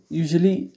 usually